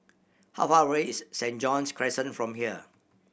how far away is Saint John's Crescent from here